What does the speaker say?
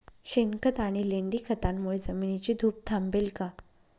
शेणखत आणि लेंडी खतांमुळे जमिनीची धूप थांबेल का?